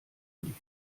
nichts